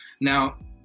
Now